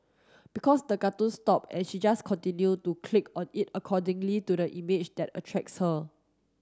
because the cartoon stopped and she just continued to click on it accordingly to the image that attracts her